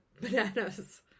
bananas